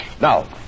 Now